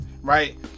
right